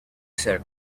ser